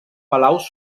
palaus